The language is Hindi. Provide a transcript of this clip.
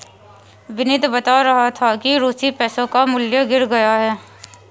विनीत बता रहा था कि रूसी पैसों का मूल्य गिर गया है